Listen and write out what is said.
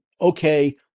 okay